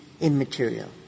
immaterial